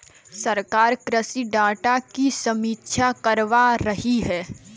सरकार कृषि डाटा की समीक्षा करवा रही है